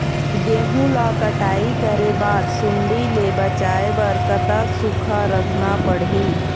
गेहूं ला कटाई करे बाद सुण्डी ले बचाए बर कतक सूखा रखना पड़ही?